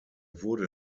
wurde